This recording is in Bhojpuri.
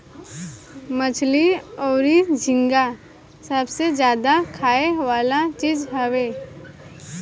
मछली अउरी झींगा सबसे ज्यादा खाए वाला चीज हवे